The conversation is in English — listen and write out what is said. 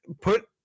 Put